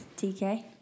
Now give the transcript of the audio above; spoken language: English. TK